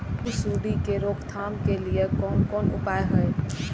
गेहूँ सुंडी के रोकथाम के लिये कोन कोन उपाय हय?